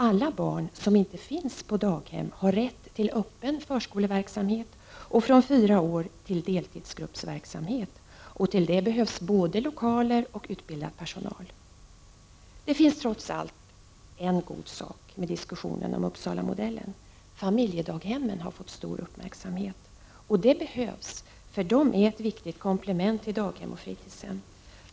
Alla barn som inte finns på daghem har rätt till öppen förskoleverksamhet och från fyra år till deltidsgruppsverksamhet, och till det behövs både lokaler och utbildad personal. Det finns trots allt en god sak med diskussionen om Uppsalamodellen. Familjedaghemmen har fått stor uppmärksamhet, och det behövs, för de är ett viktigt komplement till daghem och fritidshem.